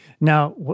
Now